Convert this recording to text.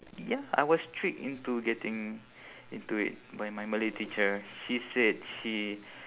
ya I was tricked into getting into it by my malay teacher she said she